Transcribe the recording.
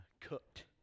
cooked